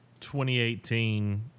2018